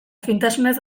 fintasunez